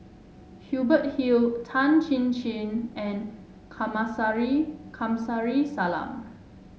Hubert Hill Tan Chin Chin and Kamsari Salam